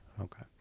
Okay